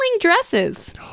dresses